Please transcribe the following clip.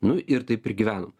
nu ir taip ir gyvenam